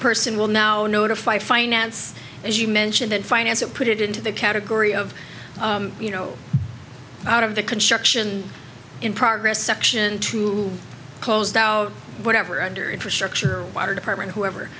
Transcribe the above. person will now notify finance as you mentioned and finance it put it into the category of you know out of the construction in progress section to closed out whatever under infrastructure fire department whoever